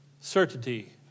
Certainty